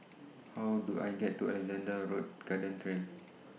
How Do I get to Alexandra Road Garden Trail